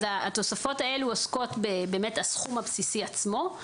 התוספות האלה עוסקות בסכום הבסיסי עצמו.